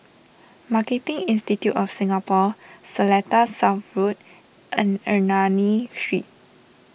Marketing Institute of Singapore Seletar South Road and Ernani Street